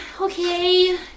okay